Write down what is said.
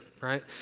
right